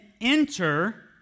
enter